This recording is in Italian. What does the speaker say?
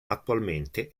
attualmente